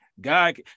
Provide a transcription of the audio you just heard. God